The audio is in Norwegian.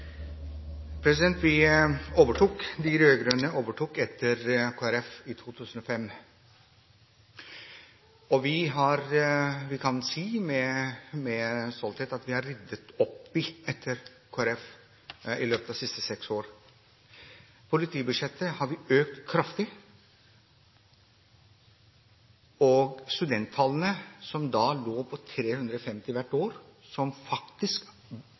De rød-grønne overtok etter Kristelig Folkeparti i 2005. Vi kan med stolthet si at vi har ryddet opp etter Kristelig Folkeparti i løpet av de siste seks årene. Vi har økt politibudsjettet kraftig, og studenttallene, som da lå på 350 hvert år, og som faktisk